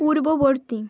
পূর্ববর্তী